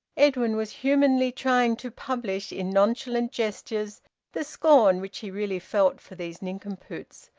edwin was humanly trying to publish in nonchalant gestures the scorn which he really felt for these nincompoops,